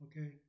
Okay